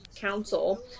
council